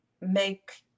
make